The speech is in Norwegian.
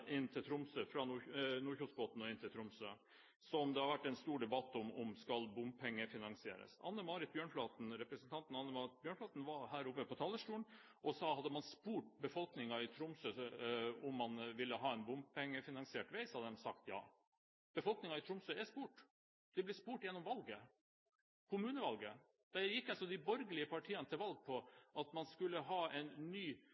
inn til Tromsø, som det har vært en stor debatt om skal bompengefinansieres. Representanten Anne Marit Bjørnflaten var her oppe på talerstolen og sa at hvis en hadde spurt befolkningen i Tromsø om en ville ha en bompengefinansiert vei, så hadde de sagt ja. Befolkningen i Tromsø er spurt. De ble spurt gjennom kommunevalget. Der gikk altså de borgerlige partiene til valg på at en skulle bygge en del av en ny